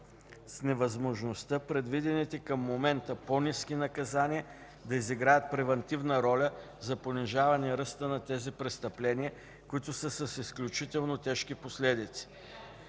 с невъзможността предвидените към момента по-ниски наказания да изиграят превантивна роля за понижаване ръста на тези престъпления, които са с изключително тежки последици.